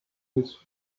his